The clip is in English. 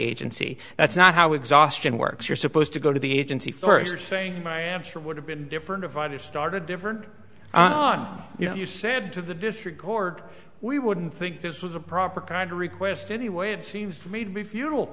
agency that's not how exhaustion works you're supposed to go to the agency first thing i am sure would have been different if i just started a different on you know you said to the district court we wouldn't think this was a proper crime to request anyway it seems to me to be futile